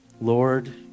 Lord